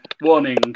warning